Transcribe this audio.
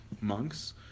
monks